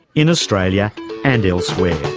in australia and elsewhere.